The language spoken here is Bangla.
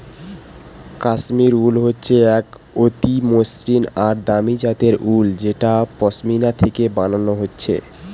কাশ্মীর উল হচ্ছে এক অতি মসৃণ আর দামি জাতের উল যেটা পশমিনা থিকে বানানা হচ্ছে